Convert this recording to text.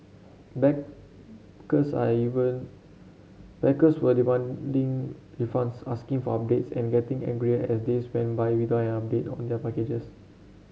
backers are even backers were demanding refunds asking for updates and getting angrier as days went by without an update on their packages